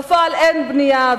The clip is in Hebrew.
בפועל אין בנייה,